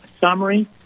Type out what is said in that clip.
summary